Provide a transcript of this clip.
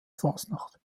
fasnacht